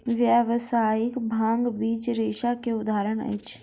व्यावसायिक भांग बीज रेशा के उदाहरण अछि